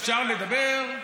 אפשר לדבר?